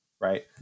right